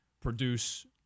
produce